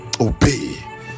Obey